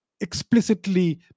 explicitly